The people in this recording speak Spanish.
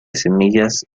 semillas